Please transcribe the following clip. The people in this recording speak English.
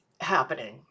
happening